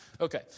Okay